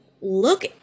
look